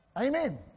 Amen